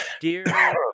Dear